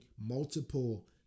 multiple